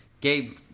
gabe